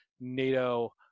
NATO